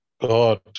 God